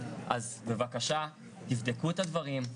אז בבקשה תבדקו אתת הדברים,